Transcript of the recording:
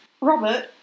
Robert